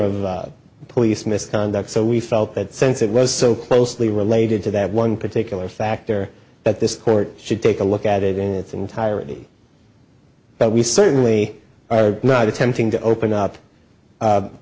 of the police misconduct so we felt that since it was so closely related to that one particular fact there that this court should take a look at it in its entirety but we certainly are not attempting to open up